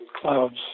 clouds